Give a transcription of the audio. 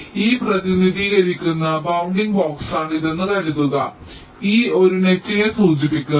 E പ്രതിനിധീകരിക്കുന്ന bounding ബോക്സാണ് ഇതെന്ന് കരുതുക E ഒരു നെറ്റ് നെ സൂചിപ്പിക്കുന്നു